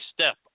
step